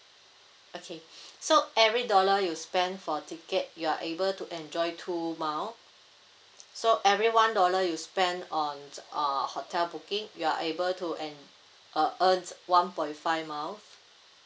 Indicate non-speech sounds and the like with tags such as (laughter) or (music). okay (breath) so every dollar you spend for ticket you are able to enjoy two mile so every one dollar you spend on uh hotel booking you are able to en~ uh earn one point five mile